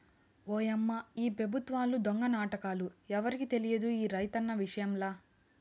ఓయమ్మా ఈ పెబుత్వాల దొంగ నాటకాలు ఎవరికి తెలియదు రైతన్న విషయంల